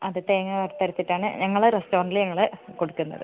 അതെ തേങ്ങാ വറുത്തരച്ചിട്ടാണ് ഞങ്ങളെ റസ്റ്ററൻറ്റില് ഞങ്ങൾ കൊടുക്കുന്നത്